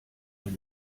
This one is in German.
eine